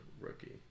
rookie